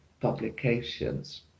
publications